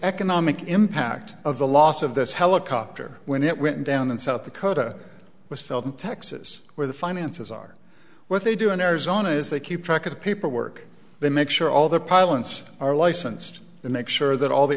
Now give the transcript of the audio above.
economic impact of the loss of this helicopter when it went down in south dakota was felt in texas where the finances are what they do in arizona is they keep track of the paperwork they make sure all the pilots are licensed to make sure that all the